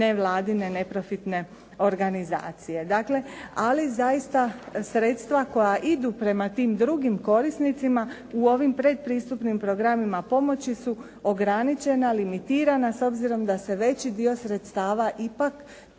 nevladine neprofitne organizacije. Ali zaista sredstva koja idu prema tim drugim korisnicima u ovim predpristupnim programima pomoći su ograničena, limitirana s obzirom da se veći dio sredstava ipak